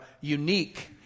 unique